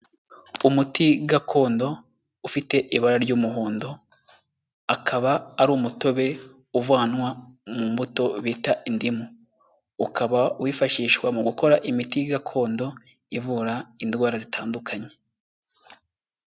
Umuti gakondo ufite ibara ry'umuhondo, akaba ari umutobe uvanwa mu mbuto bita indimu, ukaba wifashishwa mu gukora imiti gakondo, ivura indwara zitandukanye.